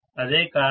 అదే కారణం